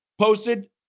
posted